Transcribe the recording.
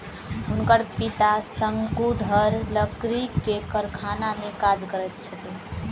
हुनकर पिता शंकुधर लकड़ी के कारखाना में काज करैत छथि